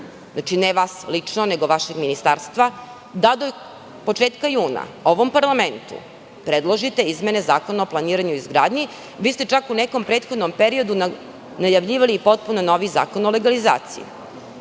bila, ne vas lično nego vašeg ministarstva, da do početka juna ovom parlamentu predložite izmene Zakona o planiranju i izgradnji. Čak ste u nekom prethodnom periodu najavljivali potpuno novi Zakon o legalizaciji.